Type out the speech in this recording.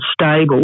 stable